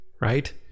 right